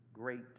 great